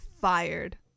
fired